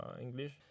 english